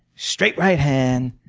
straight right hand,